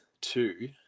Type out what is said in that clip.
two